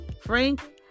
Frank